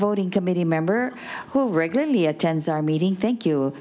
voting committee member who regularly attends our meeting thank you